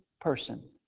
person